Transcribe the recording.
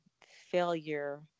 failure